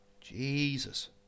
Jesus